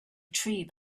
tree